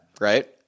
right